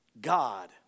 God